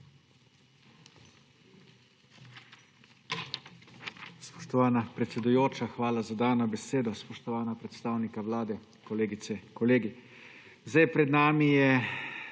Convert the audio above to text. hvala za dano besedo. Spoštovana predstavnika Vlade, kolegice, kolegi! Pred nami so